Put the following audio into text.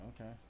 Okay